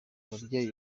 ababyeyi